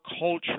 culture